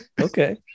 Okay